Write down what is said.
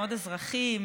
מאוד אזרחי,